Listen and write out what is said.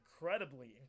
incredibly